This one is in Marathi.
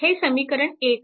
हे समीकरण 1 आहे